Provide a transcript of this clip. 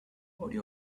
body